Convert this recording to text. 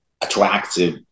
attractive